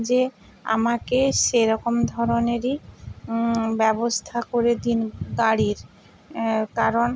যে আমাকে সেরকম ধরনেরই ব্যবস্থা করে দিন গাড়ির কারণ